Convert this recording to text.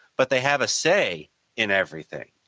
but they have a say in everything